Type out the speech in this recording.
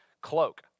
cloak